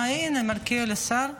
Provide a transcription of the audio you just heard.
הינה, השר מלכיאלי.